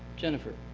jennifer.